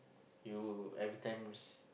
you every times